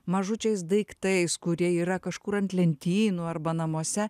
mažučiais daiktais kurie yra kažkur ant lentynų arba namuose